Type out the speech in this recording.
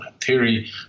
theory